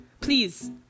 Please